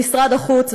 במשרד החוץ,